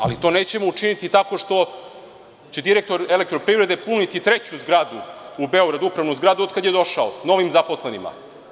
Ali to nećemo učiniti tako što će direktor Elektroprivrede puniti treću zgradu, u Beograd ,Upravnu zgradu od kad je došao, novim zaposlenima.